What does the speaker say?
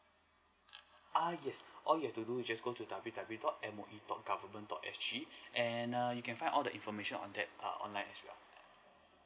uh yes all you have to do you just go to W_W dot M_O_E dot government dot S_G and err you can find all the information on that err online as well